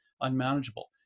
unmanageable